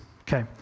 okay